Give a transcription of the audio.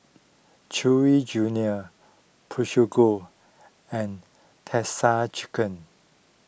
Chewy Junior Peugeot and Texas Chicken